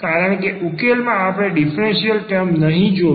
કારણ કે ઉકેલમાં આપણે ડીફરન્સીયલ ટર્મ નહીં જોઈએ